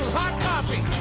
coffee.